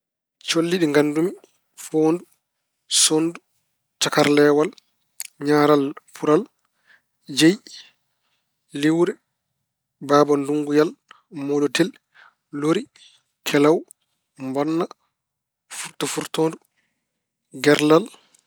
Colli ɗi nganndu mi: foondu, sonndu, cakarleewal, ñaaralpural, jeyi, liwre, baabandunnguyal, mooletel, lori, kelaw, mbonna, furtofurtoondu, gerlal.